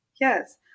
Yes